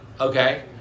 Okay